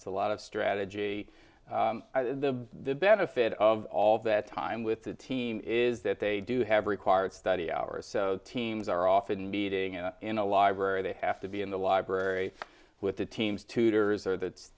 a lot of strategy the the benefit of all that time with the team is that they do have required study hours so teams are often meeting in a in a library they have to be in the library with the teams tutors or that